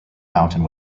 mountain